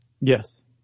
Yes